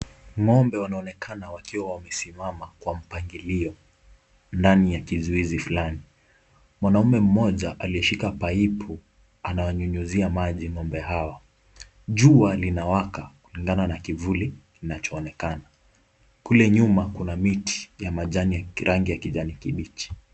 Ngombe wanaonekana wakiwa wamesimama kwa mpangilio ndani ya kizuizi fulani. Mwanamume mmoja aliyeshika paipu anawanyunyizia maji ngombe hao. Jua linawaka kulingana na kivuli kinachoonekana. Kule nyuma kuna miti ya majani ya kirangi ya kijani kibichi.